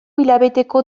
hilabeteko